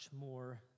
more